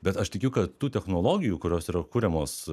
bet aš tikiu kad tų technologijų kurios yra kuriamos